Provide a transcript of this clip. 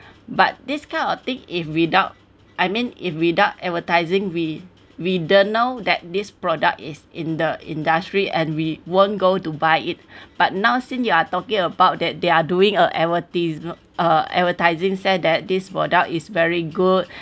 but this kind of thing if without I mean if without advertising we we don't know that this product is in the industry and we won't go to buy it but now since you are talking about that they are doing a advertisem~ uh advertising said that this product is very good